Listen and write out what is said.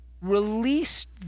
released